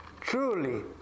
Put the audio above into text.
truly